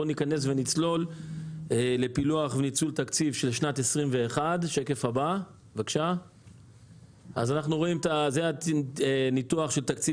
בוא ניכנס ונצלול לפילוח וניצול תקציב של 2021. זה הניתוח של תקציב